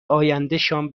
آیندهشان